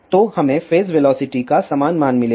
तो हमें phase velocity का समान मान मिलेगा